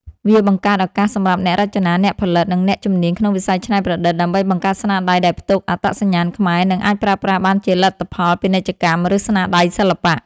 វាបង្កើតឱកាសសម្រាប់អ្នករចនា អ្នកផលិត និងអ្នកជំនាញក្នុងវិស័យច្នៃប្រឌិត ដើម្បីបង្កើតស្នាដៃដែលផ្ទុកអត្តសញ្ញាណខ្មែរ និងអាចប្រើប្រាស់បានជាលទ្ធផលពាណិជ្ជកម្ម ឬស្នាដៃសិល្បៈ។